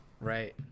Right